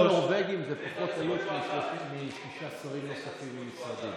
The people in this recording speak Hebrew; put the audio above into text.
אפילו הנורבגים זה פחות עלות משישה שרים נוספים ומשרדים.